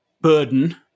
burden